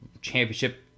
championship